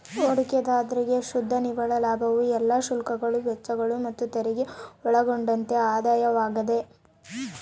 ಹೂಡಿಕೆದಾರ್ರಿಗೆ ಶುದ್ಧ ನಿವ್ವಳ ಲಾಭವು ಎಲ್ಲಾ ಶುಲ್ಕಗಳು ವೆಚ್ಚಗಳು ಮತ್ತುತೆರಿಗೆ ಒಳಗೊಂಡಂತೆ ಆದಾಯವಾಗ್ಯದ